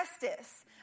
justice